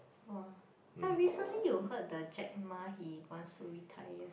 !wah! but recently you heard the Jack-Ma he wants to retire